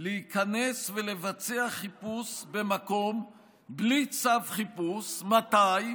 להיכנס ולבצע חיפוש במקום בלי צו חיפוש" מתי?